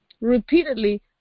repeatedly